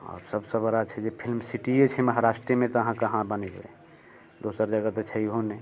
सबसे बड़ा छै जे फिल्म सिटीए छै महाराष्ट्रेमे तऽ अहाँ कहाँ बनेबै दोसर जगह तऽ छैहो नहि